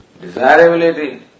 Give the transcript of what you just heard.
desirability